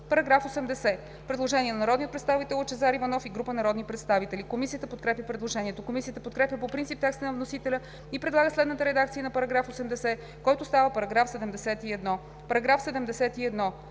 По § 80 има предложение на народния представител Лъчезар Иванов и група народни представители. Комисията подкрепя предложението. Комисията подкрепя по принцип текста на вносителя и предлага следната редакция на § 80, който става § 71: „§ 71.